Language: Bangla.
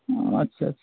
হুম আচ্ছা আচ্ছা